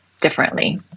differently